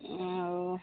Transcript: ଆଉ